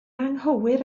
anghywir